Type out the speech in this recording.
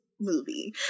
movie